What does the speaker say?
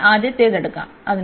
അതിനാൽ ആദ്യത്തേത് എടുക്കാം